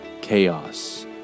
chaos